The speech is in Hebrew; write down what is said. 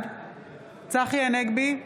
בעד צחי הנגבי,